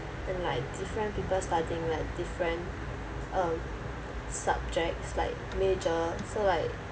and like different people studying like different um subjects like major so like